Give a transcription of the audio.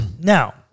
Now